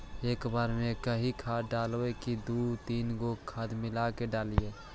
एक बार मे एकही खाद डालबय की दू तीन गो खाद मिला के डालीय?